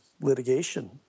litigation